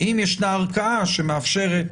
אם ישנה ערכאה שמאפשרת,